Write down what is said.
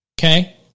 okay